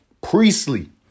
Priestley